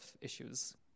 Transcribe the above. issues